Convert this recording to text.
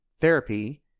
therapy